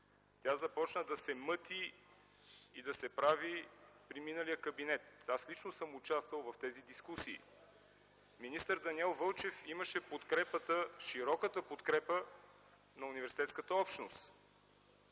Тя започна да се мъти и да се прави при миналия кабинет. Аз лично съм участвал в тези дискусии. Министър Даниел Вълчев имаше широката подкрепа на университетската общност.